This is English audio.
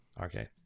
okay